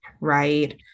Right